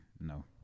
no